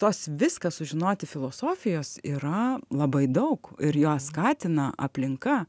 tos viską sužinoti filosofijos yra labai daug ir ją skatina aplinka